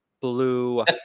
blue